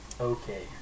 Okay